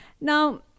Now